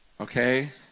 okay